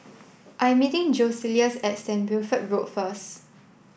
I'm meeting Joseluis at Saint Wilfred Road first